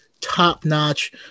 top-notch